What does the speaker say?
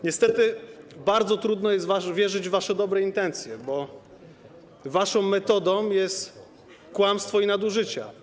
Niestety bardzo trudno jest wierzyć w wasze dobre intencje, bo wasza metoda to kłamstwo i nadużycia.